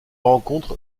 rencontre